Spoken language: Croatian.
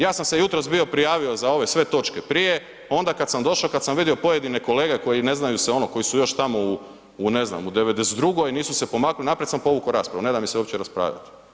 Ja sam se jutros bio prijavio za ove sve točke prije, onda kad sam došao kad sam vidio pojedine kolege koji ne znaju se ono, koji su još tamo u, u ne znam u '92. nisu se pomakli naprijed, sam povukao raspravu, ne da mi se uopće raspravljati.